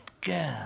girl